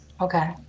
Okay